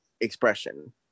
expression